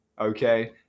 okay